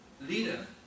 leader